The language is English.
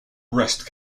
breast